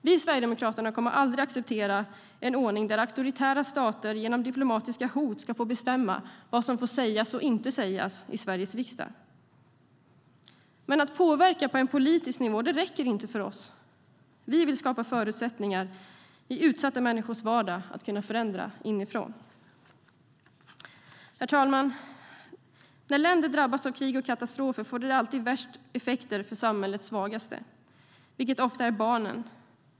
Vi i Sverigedemokraterna kommer aldrig att acceptera en ordning där auktoritära stater genom diplomatiska hot ska få bestämma vad som får sägas och inte sägas i Sveriges riksdag. Att påverka på politisk nivå räcker dock inte för oss. Vi vill skapa förutsättningar i utsatta människors vardag att förändra inifrån. Herr talman! När länder drabbas av krig och katastrofer får det alltid värst effekter för samhällets svagaste, vilket ofta är barnen.